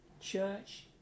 church